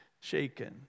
shaken